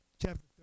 chapter